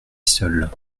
seul